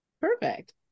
Perfect